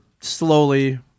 slowly